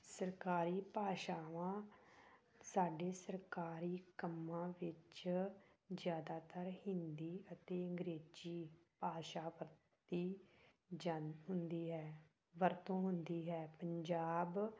ਸਰਕਾਰੀ ਭਾਸ਼ਾਵਾਂ ਸਾਡੇ ਸਰਕਾਰੀ ਕੰਮਾਂ ਵਿੱਚ ਜ਼ਿਆਦਾਤਰ ਹਿੰਦੀ ਅਤੇ ਅੰਗਰੇਜ਼ੀ ਭਾਸ਼ਾ ਵਰਤੀ ਜਾ ਹੁੰਦੀ ਹੈ ਵਰਤੋਂ ਹੁੰਦੀ ਹੈ ਪੰਜਾਬ